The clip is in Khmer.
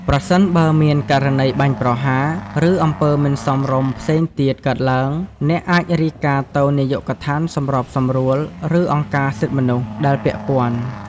ប្រសិនបើមានករណីបាញ់ប្រហារ ឬអំពើមិនសមរម្យផ្សេងទៀត កើតឡើង អ្នកអាចរាយការណ៍ទៅ នាយកដ្ឋានសម្របសម្រួល ឬអង្គការសិទ្ធិមនុស្ស ដែលពាក់ព័ន្ធ។